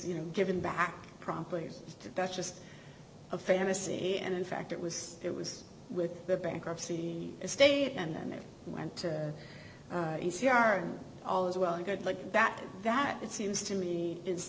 you know given back promptly that's just a fantasy and in fact it was it was with the bankruptcy estate and then it went to a c r and all is well and good like that that it seems to me is